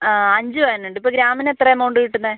അഞ്ച് പവൻ ഉണ്ട് ഇപ്പോൾ ഗ്രാമിന് എത്ര എമൗണ്ട് കിട്ടുന്നത്